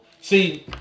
See